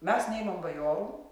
mes neimam bajorų